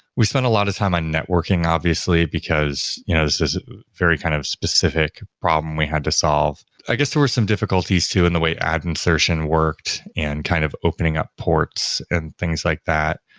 we spent a lot of time on networking obviously, because this is a very kind of specific problem we had to solve i guess, there were some difficulties too in the way ad insertion worked and kind of opening up ports and things like that.